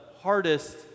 hardest